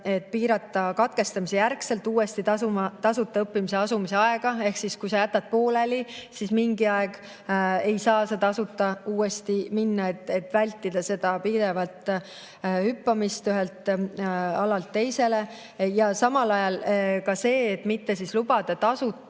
[õpingute] katkestamise järgselt uuesti tasuta õppima asumise aega ehk kui sa jätad pooleli, siis mingi aeg ei saa sa tasuta uuesti [õppima] minna, et vältida seda pidevat hüppamist ühelt alalt teisele. Ja ka see, et mitte lubada tasuta